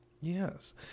yes